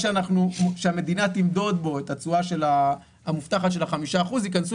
דמי הניהול בקרנות החדשות שייכנסו